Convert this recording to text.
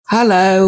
Hello